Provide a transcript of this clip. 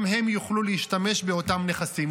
גם הם יוכלו להשתמש באותם נכסים.